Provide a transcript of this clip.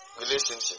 relationship